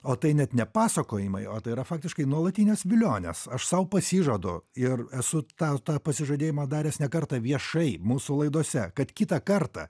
o tai net ne pasakojimai o tai yra faktiškai nuolatinės vilionės aš sau pasižadu ir esu tą tą pasižadėjimą daręs ne kartą viešai mūsų laidose kad kitą kartą